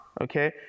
Okay